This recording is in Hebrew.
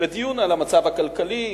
לדיון על המצב הכלכלי,